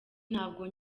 ntabwo